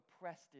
oppressed